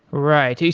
right,